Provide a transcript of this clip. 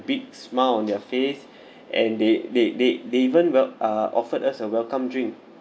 big smile on their face and they they they they even wel~ uh offered as a welcome drink